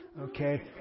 Okay